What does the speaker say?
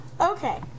Okay